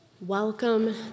Welcome